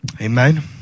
amen